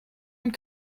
und